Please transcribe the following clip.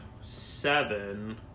seven